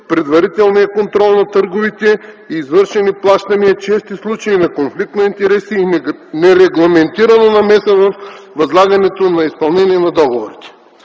предварителният контрол на търговете и извършени плащания, чести случаи на конфликт на интереси и нерегламентирана намеса във възлагането на изпълнение на договорите.